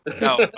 No